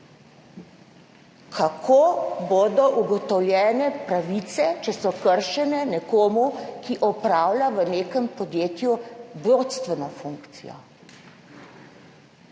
Kako bodo ugotovljene kršitve pravic nekoga, ki opravlja v nekem podjetju vodstveno funkcijo?